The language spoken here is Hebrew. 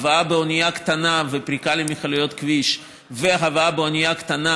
הבאה באונייה קטנה ופריקה למכליות כביש והבאה באונייה קטנה